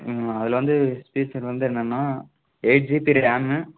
ம் அதில் வந்து ஃபீச்சர் வந்து என்னென்னால் எயிட் ஜிபி ரேமு